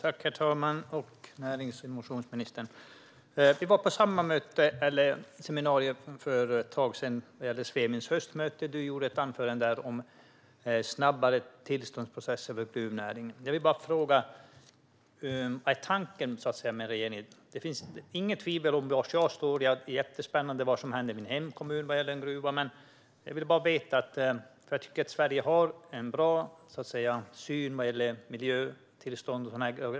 Herr talman! Närings och innovationsministern! Vi var på samma seminarium för ett tag sedan på Svemins höstmöte. Du höll ett anförande om snabbare tillståndsprocesser för gruvnäringen. Jag vill bara fråga: Vad är tanken med det? Det finns inget tvivel om var jag står. Det som händer i min hemkommun vad gäller en gruva är jättespännande. Jag tycker att Sverige har en bra syn vad gäller miljötillstånd.